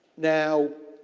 now,